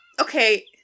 okay